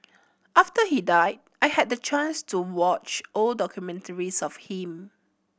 after he died I had the chance to watch old documentaries of him